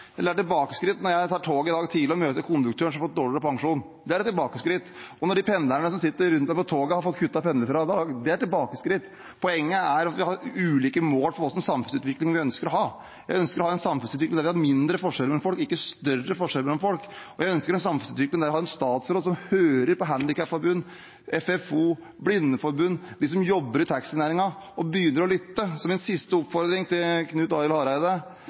eller et tilbakeskritt? Det er et tilbakeskritt. Når jeg tar toget om morgenen, møter jeg konduktøren som har fått dårligere pensjon. Det er et tilbakeskritt. Og pendlerne som sitter rundt meg på toget, har fått kutt i pendlerfradraget. Det er et tilbakeskritt. Poenget er at vi har ulike mål for hvilken samfunnsutvikling vi ønsker. Vi ønsker å ha en samfunnsutvikling der det er mindre forskjeller mellom folk, ikke større. Vi ønsker en samfunnsutvikling der vi har en statsråd som hører på Handikapforbundet, FFO, Blindeforbundet og dem som jobber i taxinæringen – at han begynner å lytte. Så min siste oppfordring til Knut Arild Hareide